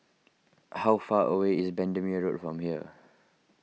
how far away is Bendemeer Road from here